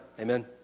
Amen